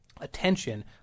attention